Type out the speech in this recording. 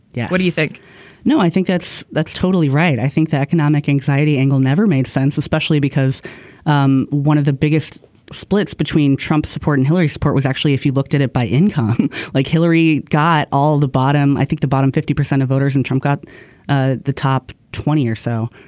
yeah. what do you think no i think that's that's totally right. i think the economic anxiety angle never made sense especially because um one of the biggest splits between trump's support and hillary support was actually if you looked at it by income like hillary got all the bottom i think the bottom fifty percent of voters and trump got ah the top twenty or so